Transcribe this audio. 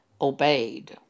obeyed